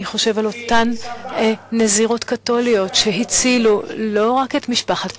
אני חושב על אותן נזירות קתוליות שהצילו לא רק את משפחת פצ'יפיצ'י,